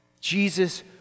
Jesus